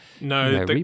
No